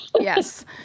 Yes